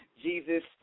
Jesus